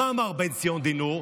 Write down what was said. מה אמר בן-ציון דינור,